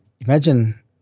imagine